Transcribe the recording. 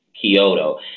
Kyoto